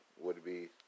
would-be